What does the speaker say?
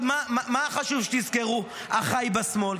מה חשוב שתזכרו, אחי בשמאל?